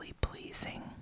pleasing